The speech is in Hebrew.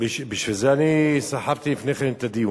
זה אני סחבתי לפני כן את הדיון,